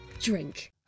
drink